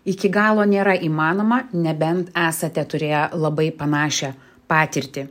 iki galo nėra įmanoma nebent esate turėję labai panašią patirtį